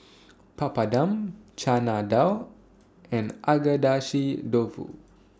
Papadum Chana Dal and Agedashi Dofu